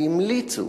והמליצו